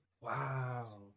Wow